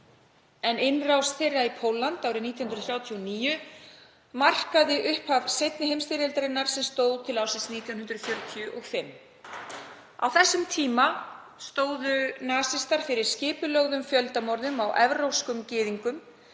en innrás þeirra í Pólland árið 1939 markaði upphaf seinni heimsstyrjaldarinnar sem stóð til ársins 1945. Á þessum tíma stóðu nasistar fyrir skipulögðum fjöldamorðum á evrópskum gyðingum